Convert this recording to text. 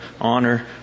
honor